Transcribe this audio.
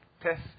test